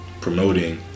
promoting